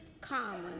common